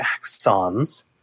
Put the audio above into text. axons